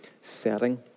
setting